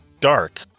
dark